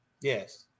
Yes